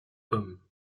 hommes